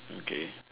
okay